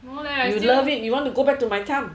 you love it you want to go back to my time